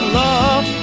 love